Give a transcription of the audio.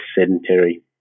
sedentary